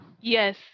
yes